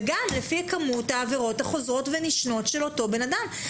וגם לפי כמות העבירות החוזרות ונשנות של אותו אדם.